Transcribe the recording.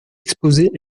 exposées